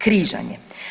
Križanje.